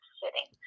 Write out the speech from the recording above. sitting